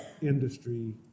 industry